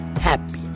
happy